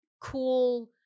cool